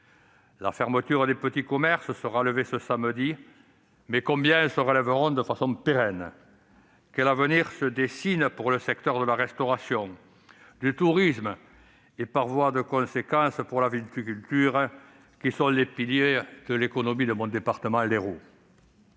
sanitaire. Les petits commerces pourront rouvrir ce samedi, mais combien se relèveront de façon pérenne ? Quel avenir se dessine pour le secteur de la restauration et du tourisme et, par voie de conséquence, pour la viticulture ? Ce sont les piliers de l'économie de mon département, l'Hérault.